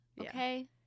Okay